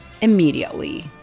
immediately